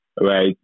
right